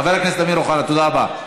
בבקשה.